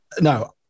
no